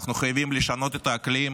אנחנו חייבים לשנות את האקלים,